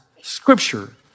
scripture